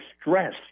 stress